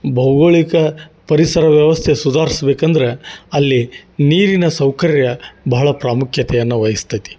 ಭೌಗೋಳಿಕ ಪರಿಸರ ವ್ಯವಸ್ಥೆ ಸುಧಾರ್ಸ್ಬೇಕಂದ್ರೆ ಅಲ್ಲಿ ನೀರಿನ ಸೌಕರ್ಯ ಬಹಳ ಪ್ರಾಖ್ಯತೆಯನ್ನ ವಹಿಸ್ತತಿ